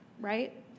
right